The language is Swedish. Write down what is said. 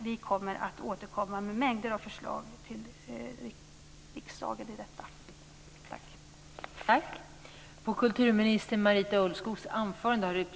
Vi kommer att återkomma med mängder av förslag till riksdagen när det gäller det här. Tack!